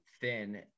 thin